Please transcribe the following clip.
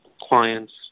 clients